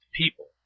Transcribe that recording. people